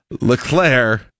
LeClaire